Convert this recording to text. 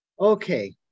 Okay